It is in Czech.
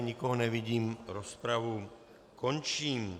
Nikoho nevidím, rozpravu končím.